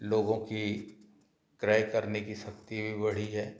लोगों की क्रय करने की शक्ति भी बढ़ी है